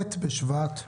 ט' בשבט תשפ"ב,